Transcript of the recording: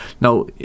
now